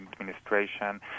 administration